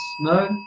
No